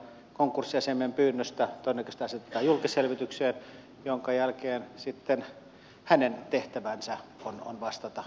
konkurssiasiamiehen pyynnöstä se todennäköisesti asetetaan julkisselvitykseen jonka jälkeen sitten hänen tehtävänsä on vastata näistä asioista